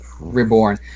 Reborn